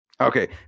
Okay